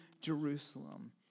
Jerusalem